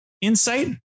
insight